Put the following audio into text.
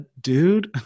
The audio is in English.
dude